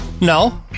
No